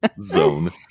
zone